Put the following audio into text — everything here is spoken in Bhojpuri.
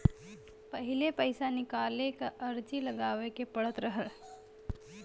पहिले पइसा निकाले क अर्जी लगावे के पड़त रहल